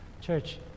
Church